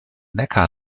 neckar